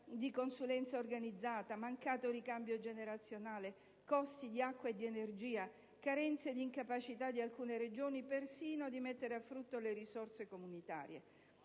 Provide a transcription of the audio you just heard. di consulenza organizzata, mancato ricambio generazionale, costi di acqua e di energia, carenze ed incapacità di alcune Regioni, persino di mettere a frutto le risorse comunitarie.